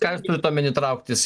ką jūs turit omeny trauktis